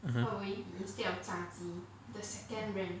mmhmm